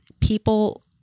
people